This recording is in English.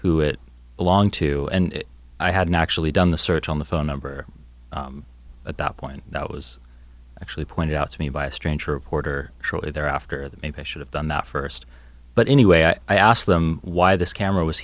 who it belonged to and i hadn't actually done the search on the phone number adopt one that was actually pointed out to me by a stranger reporter shortly thereafter that maybe i should have done that first but anyway i i asked them why this camera was